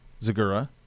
zagura